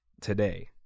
today